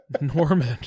Norman